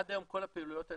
עד היום כל הפעילויות האלה,